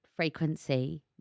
Frequency